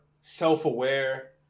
self-aware